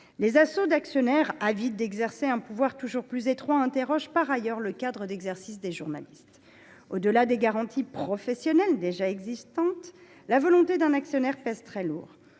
Les assauts d’actionnaires avides d’exercer un pouvoir toujours plus étroit suscitent par ailleurs des interrogations sur le cadre d’exercice des journalistes. Au delà des garanties professionnelles déjà existantes, la volonté d’un actionnaire pèse très lourd.